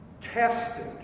tested